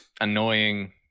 annoying